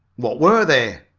what were they?